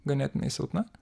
ganėtinai silpna